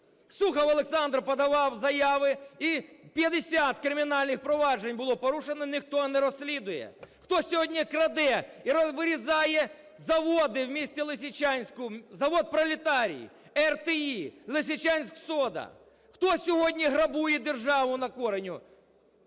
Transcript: Сухов Олександр подавав заяви, і 50 кримінальних проваджень було порушено. Ніхто не розслідує. Хто сьогодні краде і вирізає заводи в місті Лисичанську: завод "Пролетарій", РТІ, "Лисичанськсода"? Хто сьогодні грабує державу на кореню?